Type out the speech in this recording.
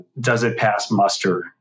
does-it-pass-muster